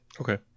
Okay